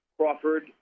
Crawford